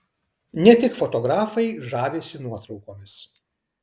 ne tik fotografai žavisi nuotraukomis